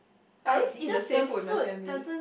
I always eat the same food with my family